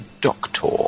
doctor